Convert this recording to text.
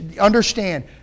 understand